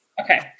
okay